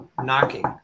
knocking